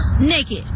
naked